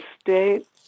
state